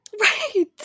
right